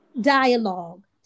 dialogue